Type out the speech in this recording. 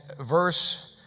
verse